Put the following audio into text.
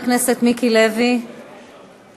חבר הכנסת מיקי לוי, מוותר,